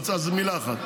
עוד מילה אחת.